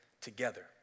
together